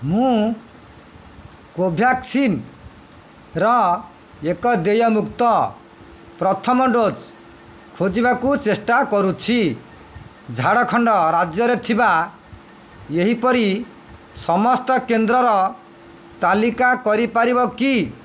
ମୁଁ କୋଭ୍ୟାକ୍ସିନ୍ର ଏକ ଦେୟମୁକ୍ତ ପ୍ରଥମ ଡୋଜ୍ ଖୋଜିବାକୁ ଚେଷ୍ଟା କରୁଛି ଝାଡ଼ଖଣ୍ଡ ରାଜ୍ୟରେ ଥିବା ଏହିପରି ସମସ୍ତ କେନ୍ଦ୍ରର ତାଲିକା କରିପାରିବ କି